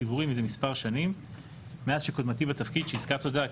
ציבורי מזה מספר שנים מאז שקודמתי בתפקיד שהזכרת אותה,